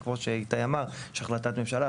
וכמו שאיתי אמר יש החלטת ממשלה,